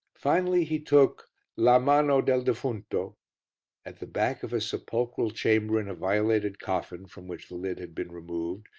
finally he took la mano del defunto at the back of a sepulchral chamber in a violated coffin, from which the lid had been removed,